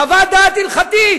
חוות דעת הלכתית.